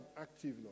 active